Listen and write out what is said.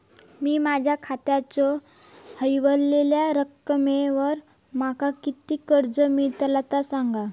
मी माझ्या खात्याच्या ऱ्हवलेल्या रकमेवर माका किती कर्ज मिळात ता सांगा?